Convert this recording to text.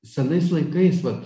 senais laikais vat